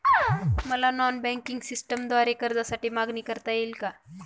मला non banking सिस्टमद्वारे कर्जासाठी मागणी करता येईल का?